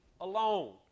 alone